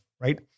right